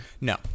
No